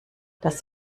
das